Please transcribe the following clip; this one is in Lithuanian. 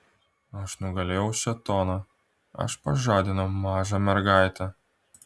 aš nugalėjau šėtoną aš pažadinau mažą mergaitę